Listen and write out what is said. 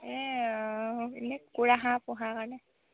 এনেই কুকুৰা হাঁহ পোহাৰ কাৰণে